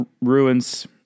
ruins